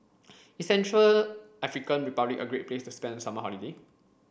is Central African Republic a great place to spend summer holiday